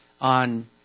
on